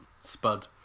Spud